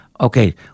okay